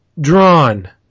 drawn